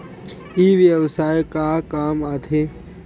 ई व्यवसाय का काम आथे?